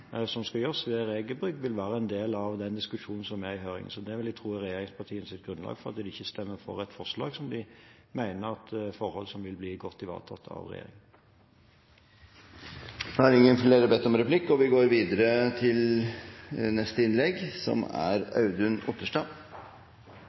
som skal gjøres ved regelbrudd, vil være en del av den diskusjonen som er i høringen. Så det vil jeg tro er regjeringspartienes grunnlag for at de ikke stemmer for et forslag som de mener går på forhold som vil bli godt ivaretatt av regjeringen. Replikkordskiftet er avsluttet. Under valgkampen i 2013 sa nåværende statsminister Erna Solberg til Verdens Gang at folk ikke har peiling. Saken gjaldt om